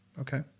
Okay